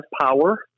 power